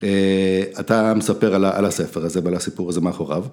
אתה מספר על הספר הזה ועל הסיפור הזה מאחוריו.